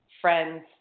friends